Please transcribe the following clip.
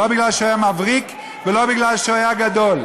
לא בגלל שהוא היה מבריק ולא בגלל שהוא היה גדול,